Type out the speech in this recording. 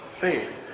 faith